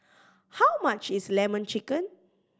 how much is Lemon Chicken